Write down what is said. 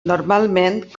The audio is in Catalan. normalment